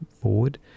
forward